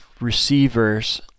receivers